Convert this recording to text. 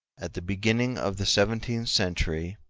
at the beginning of the seventeenth century,